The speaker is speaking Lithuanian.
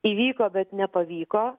įvyko bet nepavyko